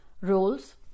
roles